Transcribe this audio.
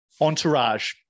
entourage